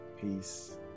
Peace